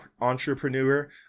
entrepreneur